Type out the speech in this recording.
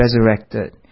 resurrected